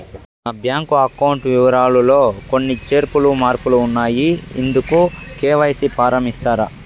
నా bank account వివరాలు లో కొన్ని చేర్పులు మార్పులు ఉన్నాయి, ఇందుకు కె.వై.సి ఫారం ఇస్తారా?